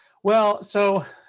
well, so,